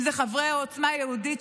אם אלה חברי עוצמה יהודית,